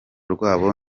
rwabo